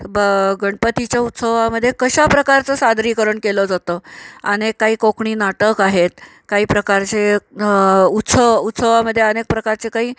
ब गणपतीच्या उत्सवामध्ये कशा प्रकारचं सादरीकरण केलं जातं अनेक काही कोकणी नाटक आहेत काही प्रकारचे उत्सव उत्सवामध्ये अनेक प्रकारचे काही